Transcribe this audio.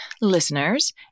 listeners